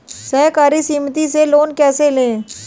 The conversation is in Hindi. सहकारी समिति से लोन कैसे लें?